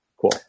cool